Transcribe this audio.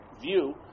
view